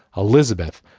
elizabeth,